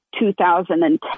2010